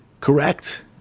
Correct